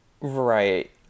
Right